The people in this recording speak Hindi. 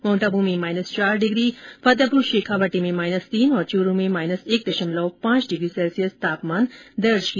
माउंट आबू में माइनस चार डिग्री फतेहपुर शेखावाटी में माइनस तीन और चुरू में माइनस एक दशमलव पांच डिग्री सैल्सियस तापमान दर्ज किया